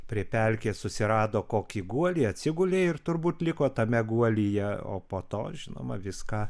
prie pelkės susirado kokį guolį atsigulė ir turbūt liko tame guolyje o po to žinoma viską